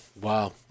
Wow